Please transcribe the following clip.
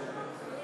כן.